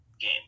game